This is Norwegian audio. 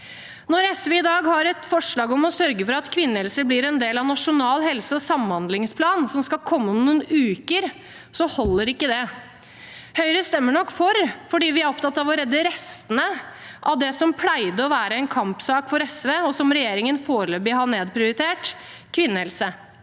Når SV i dag har et forslag om å sørge for at kvinnehelse blir en del av Nasjonal helse- og samhandlingsplan, som skal komme om noen uker, holder ikke det. Høyre stemmer nok for, fordi vi er opptatt av å redde restene av det som pleide å være en kampsak for SV, og som regjeringen foreløpig har nedprioritert, nemlig kvinnehelse.